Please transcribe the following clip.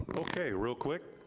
okay, real quick,